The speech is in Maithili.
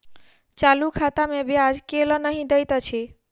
चालू खाता मे ब्याज केल नहि दैत अछि